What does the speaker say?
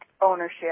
ownership